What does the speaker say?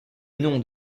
nom